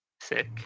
Sick